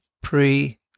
pre